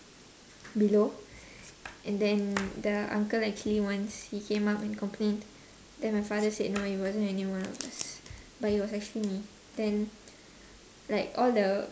below and then the uncle actually once he came up and complained then my father said no it wasn't anyone but it was actually me then like all the